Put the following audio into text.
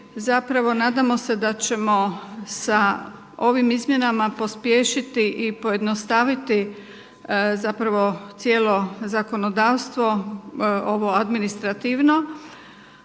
zapravo nadamo se da ćemo s ovim izmjenama pospješiti i pojednostaviti zapravo cijelo zakonodavstvo, ovo administrativno.